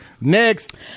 Next